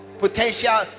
Potential